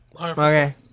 Okay